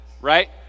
right